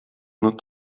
nur